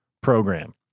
program